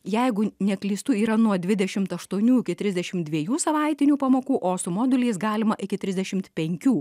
jeigu neklystu yra nuo dvidešimt aštuonių iki trisdešimt dviejų savaitinių pamokų o su moduliais galima iki trisdešimt penkių